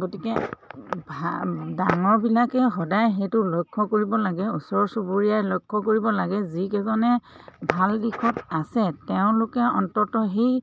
গতিকে ভা ডাঙৰবিলাকে সদায় সেইটো লক্ষ্য কৰিব লাগে ওচৰ চুবুৰীয়াই লক্ষ্য কৰিব লাগে যিকেইজনে ভাল দিশত আছে তেওঁলোকে অন্ততঃ সেই